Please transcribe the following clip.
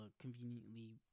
conveniently